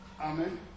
Amen